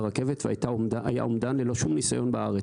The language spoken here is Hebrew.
רכבת והיה אומדן ללא שום ניסיון בארץ.